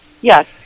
Yes